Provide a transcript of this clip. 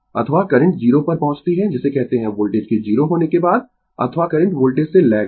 अथवा करंट 0 पर पहुंचती है जिसे कहते है वोल्टेज के 0 होने के बाद अथवा करंट वोल्टेज से लैग है